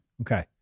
Okay